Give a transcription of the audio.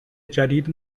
جدید